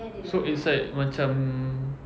so it's like macam